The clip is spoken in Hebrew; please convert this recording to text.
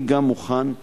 אני גם מוכן,